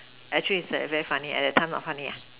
actually it's that very funny at that time not funny ah